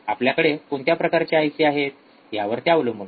आपल्याकडे कोणत्या प्रकारचे आयसी आहेत यावर ते अवलंबून आहे